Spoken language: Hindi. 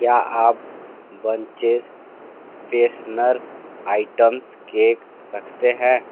क्या आप बंचेस फेशनर आइटम्स केक रखते हैं